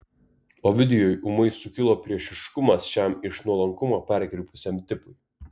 ovidijui ūmai sukilo priešiškumas šiam iš nuolankumo perkrypusiam tipui